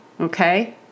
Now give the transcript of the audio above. Okay